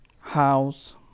house